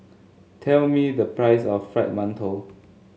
tell me the price of Fried Mantou